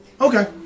Okay